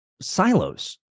silos